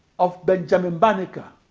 of benjamin banneker